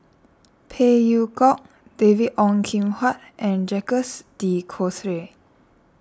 Phey Yew Kok David Ong Kim Huat and Jacques De Coutre